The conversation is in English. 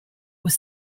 were